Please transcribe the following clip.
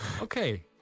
Okay